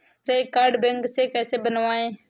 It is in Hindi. श्रेय कार्ड बैंक से कैसे बनवाएं?